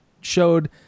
showed